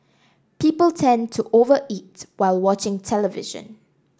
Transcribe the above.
people tend to over eat while watching television